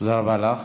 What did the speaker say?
תודה רבה לך.